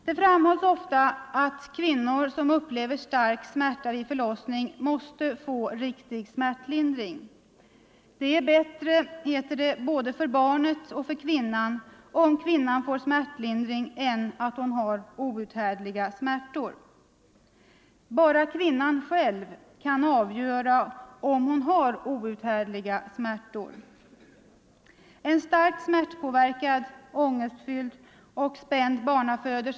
Det framhålls ofta att kvinnor som upplever stark smärta vid förlossning måste få riktig smärtlindring. Det är bättre både för barnet och för kvinnan att kvinnan får smärtlindring än att hon har outhärdliga — Nr 125 smärtor. Bara KYIRER själv kan avgöra om hon har outhärdliga Smärjpr. Onsdagen den Om barnaföderskan är starkt smärtpåverkad, ångestfylld och spänd med 20 november.